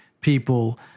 people